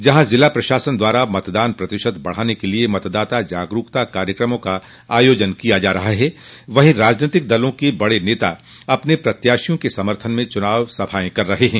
जहां जिला प्रशासन द्वारा मतदान प्रतिशत बढ़ाने के लिये मतदाता जागरूकता कार्यक्रम आयोजित किये जा रहे हैं वहीं राजनीतिक दलों के बड़े नता अपने प्रत्याशियों के समर्थन में चुनावी सभाएं कर रहे हैं